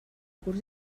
curs